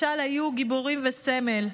משל היו גיבורים וסמל.